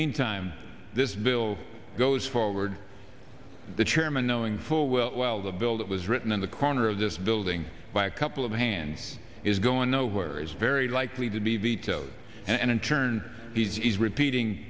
meantime this bill goes forward the chairman knowing full well the bill that was written in the corner of this building by a couple of hands is going nowhere is very likely to be vetoed and in turn he's repeating